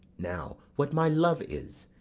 now, what my love is,